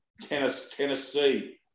Tennessee